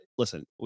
Listen